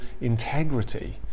integrity